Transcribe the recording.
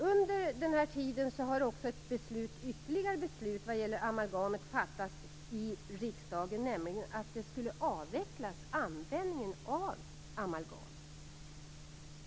Under den här tiden har ytterligare ett beslut om amalgamet fattats i riksdagen, nämligen att användningen av det skulle avvecklas.